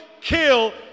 kill